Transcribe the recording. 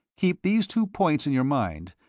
keep these two points in your mind,